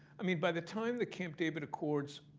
i mean, by the time the camp david accords